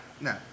No